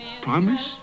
promise